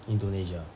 indonesia